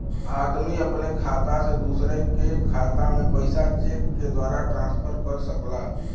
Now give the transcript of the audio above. आदमी अपने खाता से दूसरे के खाता में पइसा चेक के द्वारा ट्रांसफर कर सकला